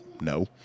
no